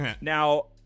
Now